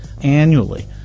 annually